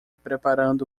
preparando